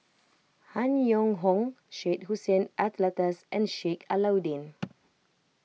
Han Yong Hong Syed Hussein Alatas and Sheik Alau'ddin